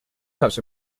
types